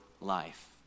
life